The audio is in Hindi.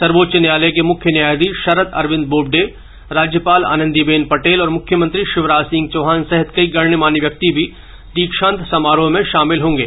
सर्वोच्च न्यायालय के मुख्य न्यायाधीश शरद अरविंद बोबडे राज्यपाल आनंदीबेन पटेल और मुख्यमंत्री शिवराज सिंह चौहान सहित कई गण्यमान्य व्यक्ति भी दीक्षांत समारोह में शामिल होंगे